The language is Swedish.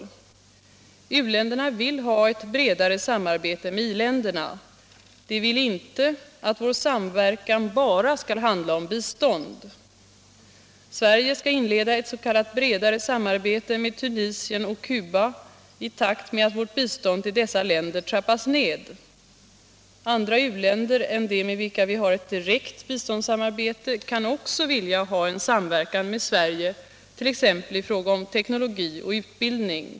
U-länderna vill ha ett bredare samarbete med i-länderna. De vill inte att vår samverkan bara skall handla om bistånd. Sverige skall inleda ett s.k. bredare samarbete med Tunisien och Cuba i takt med att vårt bistånd till dessa länder trappas ned. Andra u-länder än de med vilka vi har ett direkt biståndssamarbete kan också vilja ha en samverkan med Sverige, t.ex. i fråga om teknologi och utbildning.